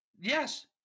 Yes